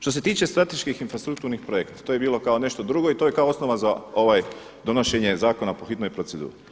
Što se tiče strateških infrastrukturnih projekta, to je bilo kao nešto drugo i to je kao osnova za ovaj donošenje zakona po hitnoj proceduri.